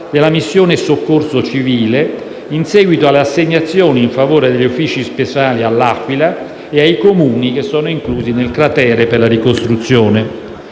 della missione «Soccorso civile» in seguito alle assegnazioni in favore degli uffici speciali all'Aquila e ai Comuni del cratere per la ricostruzione.